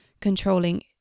controlling